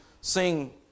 sing